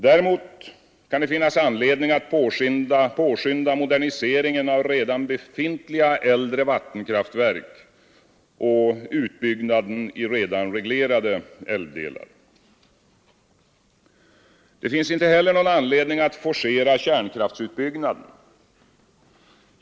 Däremot kan det finnas anledning att påskynda moderniseringen av redan befintliga äldre vattenkraftverk och utbyggnaden i redan reglerade älvdelar. Det finns inte heller någon anledning att forcera kärnkraftsutbyggnaden.